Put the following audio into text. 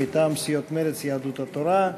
מטעם סיעות מרצ ויהדות התורה.